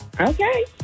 Okay